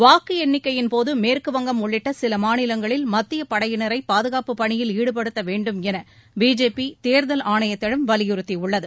வாக்கு எண்ணிக்கையின் போது மேற்குவங்கம் உள்ளிட்ட சில மாநிலங்களில் மத்திய படையினரை பாதுகாப்புப் பணியில் ஈடுபடுத்த வேண்டும் என பிஜேபி தேர்தல் ஆணையத்திடம் வலியுறுத்தியுள்ளது